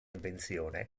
invenzione